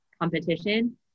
competition